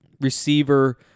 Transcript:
Receiver